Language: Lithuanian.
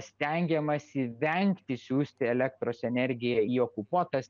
stengiamasi vengti siųsti elektros energiją į okupuotas